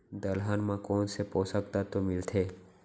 दलहन म कोन से पोसक तत्व मिलथे?